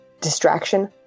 distraction